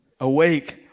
awake